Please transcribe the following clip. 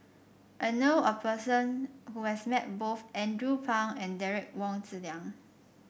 I know a person who has met both Andrew Phang and Derek Wong Zi Liang